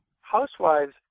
housewives